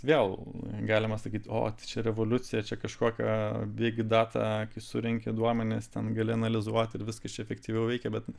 vėl galima sakyt o čia revoliucija čia kažkokia big data surenki duomenis ten gali analizuot ir viskas efektyviau veikia bet